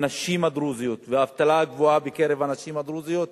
הנשים הדרוזיות והאבטלה הגבוהה בקרב הנשים הדרוזיות,